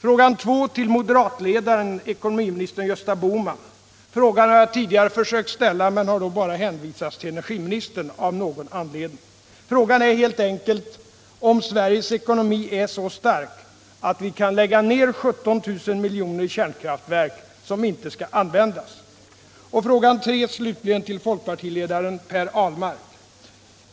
Fråga 2 vill jag rikta till moderatledaren och ekonomiministern Gösta Bohman. Frågan har jag försökt ställa tidigare, men den har då lämnats vidare till energiministern av någon anledning. Frågan är helt enkelt om Sveriges ekonomi är så stark att vi kan lägga ner 17 000 milj.kr. i kärnkraftverk som inte skall användas. Fråga 3, slutligen, går till folkpartiledaren Per Ahlmark.